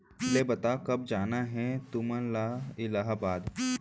ले बता, कब जाना हे तुमन ला इलाहाबाद?